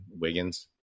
Wiggins